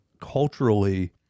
culturally